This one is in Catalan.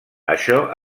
això